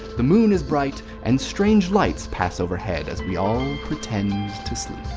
the moon is bright, and strange lights pass overhead as we all pretend to sleep.